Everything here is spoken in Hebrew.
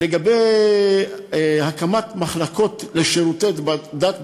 לגבי הקמת מחלקות לשירותי דת ברשויות,